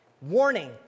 warning